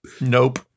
Nope